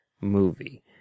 movie